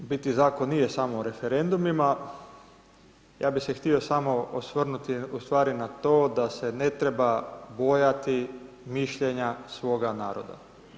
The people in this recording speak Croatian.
U biti zakon nije samo o referendumima ja bi se htio samo ostvrnuti u stvari na to da se ne treba bojati mišljenja svoga naroda.